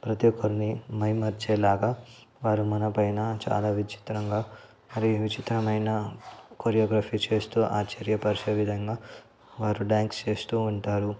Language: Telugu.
ప్రతీ ఒక్కరిని మైమరిచేలాగా వారు మన పైన చాలా విచిత్రంగా మరీ విచిత్రమైన కొరియోగ్రఫీ చేస్తూ ఆశ్చర్యపరిచే విధంగా వారు డాన్స్ చేస్తూ ఉంటారు